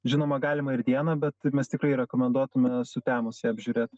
žinoma galima ir dieną bet mes tikrai rekomenduotume sutemus ją apžiūrėt